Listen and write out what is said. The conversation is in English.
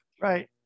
Right